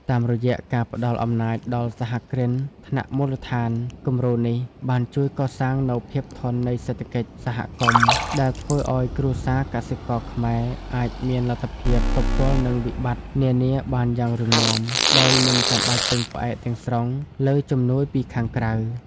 តាមរយៈការផ្ដល់អំណាចដល់ "សហគ្រិនថ្នាក់មូលដ្ឋាន" គំរូនេះបានជួយកសាងនូវភាពធន់នៃសេដ្ឋកិច្ចសហគមន៍ ដែលធ្វើឱ្យគ្រួសារកសិករខ្មែរអាចមានលទ្ធភាពទប់ទល់នឹងវិបត្តិនានាបានយ៉ាងរឹងមាំ ដោយមិនចាំបាច់ពឹងផ្អែកទាំងស្រុងលើជំនួយពីខាងក្រៅ។